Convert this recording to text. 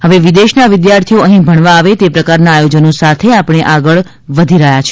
હવે વિદેશના વિદ્યાર્થીઓ અહીં ભણવા આવે તે પ્રકારના આયોજનો સાથે આપણે આગળ વધી રહ્યાં છે